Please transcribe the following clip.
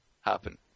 happen